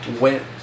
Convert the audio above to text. went